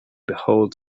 behold